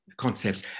Concepts